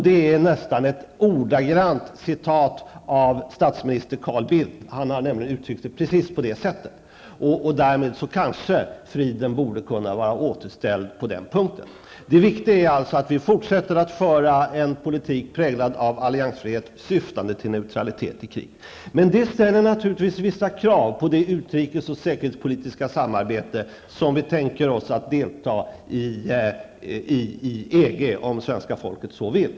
Det är nästan ett ordagrant citat av statsminister Carl Bildt. Denne har nämligen uttryckt saken på precis det sättet. Därmed kan friden kanske vara återställd på den punkten. Det viktiga är att vi fortsätter att föra en politik präglad av alliansfrihet syftande till neutralitet i krig. Men det ställer naturligtvis vissa krav på det utrikes och säkerhetspolitiska samarbete som vi tänker oss att delta i i EG, om svenska folket så vill.